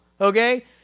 okay